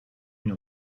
une